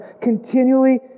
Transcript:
Continually